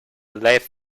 left